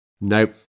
Nope